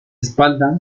espalda